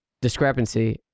discrepancy